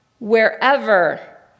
wherever